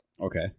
Okay